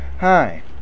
Hi